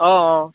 অঁ অঁ